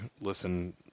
listen